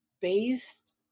based